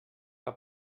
que